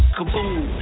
Kaboom